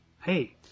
Hey